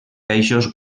peixos